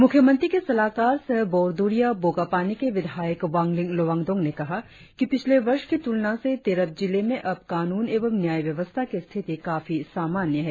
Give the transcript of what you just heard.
मुख्यमंत्री के सलाहकार सह बोरदुरिया बोगापानी के विधायक वांगलिन लोवांगडोंग ने कहा कि पिछले वर्ष की तुलना से तिरप जिले में अब कानून एवं न्याय व्यवस्था की स्थिति काफी सामान्य है